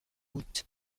août